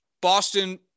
Boston